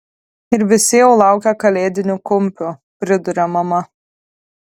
ir visi jau laukia kalėdinių kumpių priduria mama